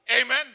Amen